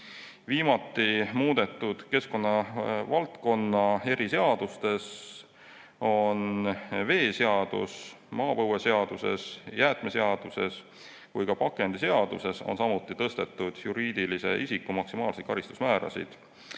Viimati muudetud keskkonnavaldkonna eriseadustes on veeseaduses, maapõueseaduses, jäätmeseaduses ja ka pakendiseaduses samuti tõstetud juriidilise isiku maksimaalseid karistusmäärasid